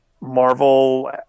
Marvel